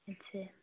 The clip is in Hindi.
अच्छा